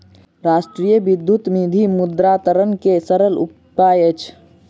राष्ट्रीय विद्युत निधि मुद्रान्तरण के सरल उपाय अछि